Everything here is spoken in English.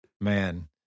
Man